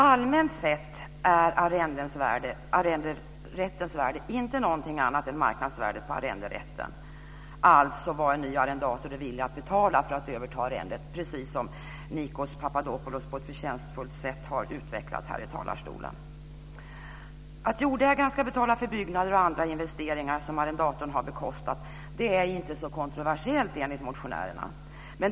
Allmänt sett är arrenderättens värde inte någonting annat än marknadsvärdet på arrenderätten, alltså vad en ny arrendator är villig att betala för att överta arrendet, precis som Nikos Papadopoulos på ett förtjänstfullt sätt har utvecklat i talarstolen. Att jordägaren ska betala för byggnader och andra investeringar som arrendatorn har bekostat är inte så kontroversiellt, enligt motionärerna.